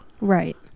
Right